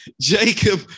Jacob